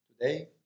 Today